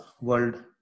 world